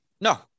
No